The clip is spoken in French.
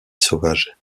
sauvage